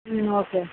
ம் ஓகே